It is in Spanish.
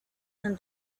han